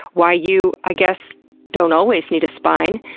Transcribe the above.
why you i guess don't always need a spine,